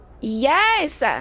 Yes